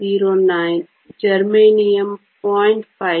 09 germanium 0